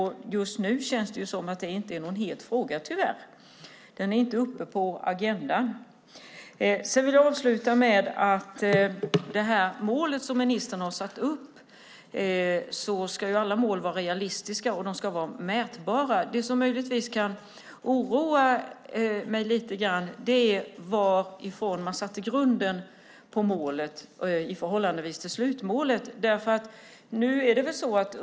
Just nu känns det tyvärr som att det inte är någon het fråga - den är inte uppe på agendan. Jag vill avsluta med, med anledning av det mål som ministern har satt upp, att alla mål ska vara realistiska och mätbara. Det som möjligtvis oroar mig lite grann är var man satte grunden för målet i förhållande till slutmålet.